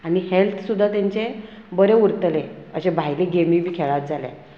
आनी हेल्थ सुद्दां तेंचे बरें उरतलें अशे भायले गेमी बी खेळत जाल्या